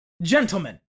Gentlemen